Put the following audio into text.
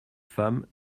femme